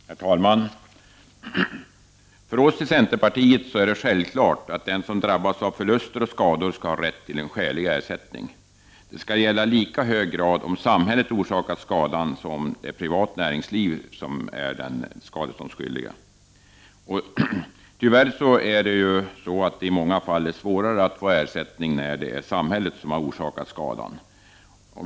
Herr talman! För oss i centerpartiet är det självklart att den som drabbas av förluster och skador skall ha rätt till skälig ersättning. Det skall gälla i lika hög grad om samhället orsakat skadan som om privat näringsverksamhet är skadeståndsskyldig. Tyvärr är det i många fall svårare att få ersättning när samhället har orsakat skadan.